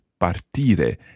partire